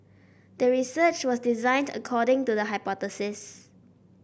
the research was designed according to the hypothesis